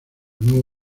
nuevo